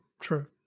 true